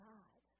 God